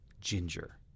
ginger